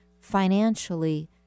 financially